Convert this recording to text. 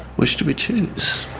which do we choose?